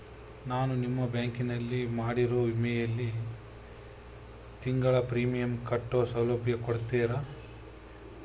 ನಾನು ನಿಮ್ಮ ಬ್ಯಾಂಕಿನಲ್ಲಿ ಮಾಡಿರೋ ವಿಮೆಯಲ್ಲಿ ತಿಂಗಳ ಪ್ರೇಮಿಯಂ ಕಟ್ಟೋ ಸೌಲಭ್ಯ ಕೊಡ್ತೇರಾ?